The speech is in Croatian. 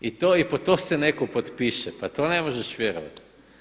I to, i pod to se netko potpiše, pa to ne možeš vjerovati.